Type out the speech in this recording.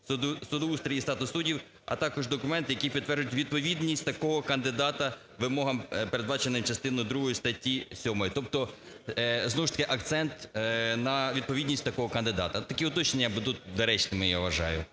судоустрій і статус суддів", а також документи, які підтверджують відповідність такого кандидата вимогам, передбачених частиною другою статті 7. Тобто знову ж таки акцент на відповідність такого кандидата. Такі уточнення будуть доречними, я вважаю.